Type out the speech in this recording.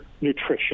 nutrition